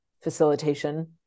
facilitation